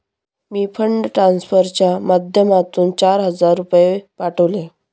मी fund ट्रान्सफरच्या माध्यमातून चार हजार रुपये पाठवले